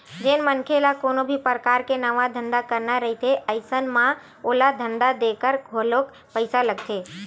जेन मनखे ल कोनो भी परकार के नवा धंधा करना रहिथे अइसन म ओला धंधा देखके घलोक पइसा लगथे